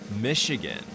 Michigan